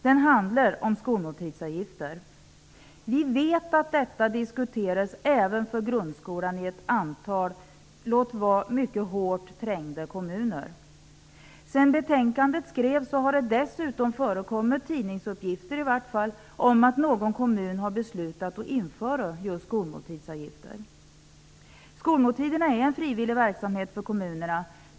Den handlar om skolmåltidsavgifter. Vi vet att detta diskuteras även för grundskolan i ett antal, låt vara, mycket hårt trängda kommuner. Sedan betänkandet skrevs har det dessutom förekommit tidningsuppgifter om att någon kommun har beslutat att införa just skolmåltidsavgifter. Skolmåltiderna är en frivillig verksamhet för kommunerna.